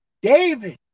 David